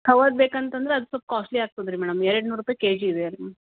ಖವಾದ್ದು ಬೇಕೂಂತಂದ್ರೆ ಅದು ಸ್ವಲ್ಪ ಕಾಸ್ಟ್ಲಿ ಆಗ್ತದೆ ರೀ ಮೇಡಮ್ ಎರಡುನೂರು ರೂಪಾಯಿ ಕೆಜಿ ಇದೆ ರೀ ಮ್ಯಾಮ್